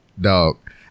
dog